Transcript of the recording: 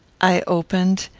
i opened,